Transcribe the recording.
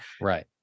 Right